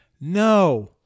No